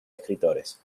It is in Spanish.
escritores